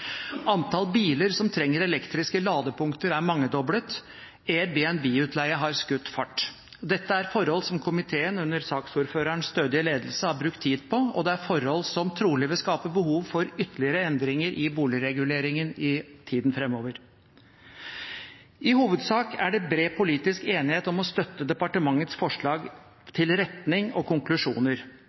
Antall biler som trenger elektriske ladepunkter er mangedoblet, og Airbnb-utleie har skutt fart. Dette er forhold som komiteen under saksordførerens stødige ledelse har brukt tid på, og det er forhold som trolig vil skape behov for ytterligere endringer i boligreguleringen i tiden framover. I hovedsak er det bred politisk enighet om å støtte departementets forslag til retning og konklusjoner.